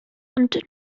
ond